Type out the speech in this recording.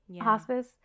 hospice